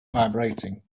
vibrating